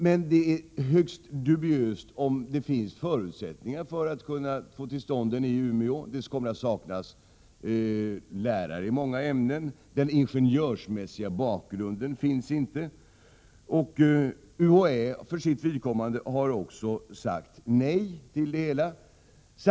Det är emellertid högst dubiöst om det finns förutsättningar för att få till stånd den utbildningen i Umeå. Det kommer att saknas lärare i många ämnen. Den ingenjörsmässiga bakgrunden finns inte. UHÄ har för sitt vidkommande också sagt nej till det hela.